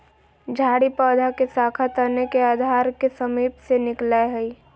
झाड़ी पौधा के शाखा तने के आधार के समीप से निकलैय हइ